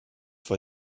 vor